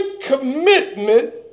commitment